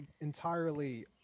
entirely